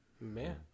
Man